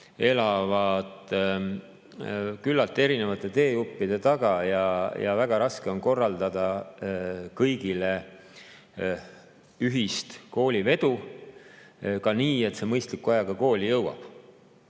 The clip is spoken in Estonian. elavad küllalt erinevate teejuppide taga, on väga raske korraldada kõigile ühist koolivedu nii, et laps mõistliku ajaga kooli jõuab.